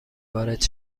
وارد